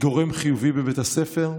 כגורם חיובי בבית הספר,